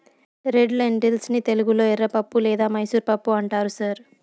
red lentils ని తెలుగులో ఎర్రపప్పు లేదా మైసూర్ పప్పు అంటారు సార్